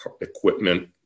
equipment